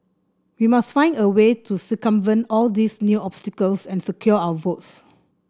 we must find a way to circumvent all these new obstacles and secure our votes